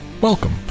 welcome